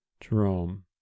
Jerome